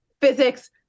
physics